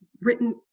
written